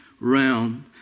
realm